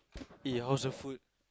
eh how's your food